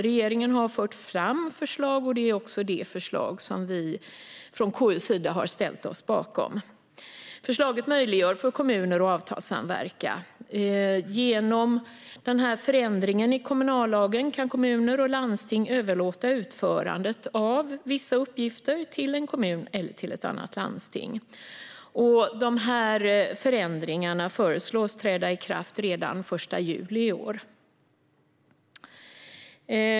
Regeringen har fört fram förslag, och det är också det förslag vi från KU:s sida har ställt oss bakom. Förslaget möjliggör för kommuner att avtalssamverka. Genom förändringen i kommunallagen kan kommuner och landsting överlåta utförandet av vissa uppgifter till en kommun eller ett annat landsting, och förändringarna föreslås träda i kraft redan den 1 juli i år.